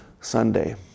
Sunday